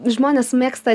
žmonės mėgsta